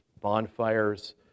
bonfires